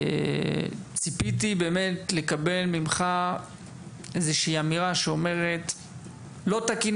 ציפיתי לקבל ממך איזו שהיא אמירה שאומרת - לא תקין,